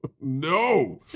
no